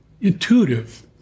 intuitive